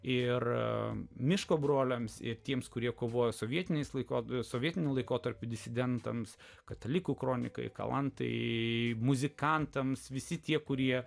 ir miško broliams ir tiems kurie kovojo sovietiniais laikais sovietiniu laikotarpiu disidentams katalikų kroniką man tai muzikantams visi tie kurie